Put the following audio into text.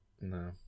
No